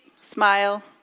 smile